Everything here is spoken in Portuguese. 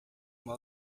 uma